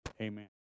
Amen